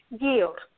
yield